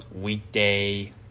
weekday